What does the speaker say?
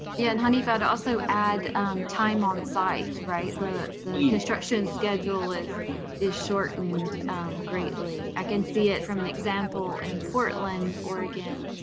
and hanif, i'd also add time on site. the construction schedule is is shortened greatly. i can see it from an example in portland, oregon,